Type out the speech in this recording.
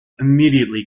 immediately